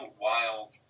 wild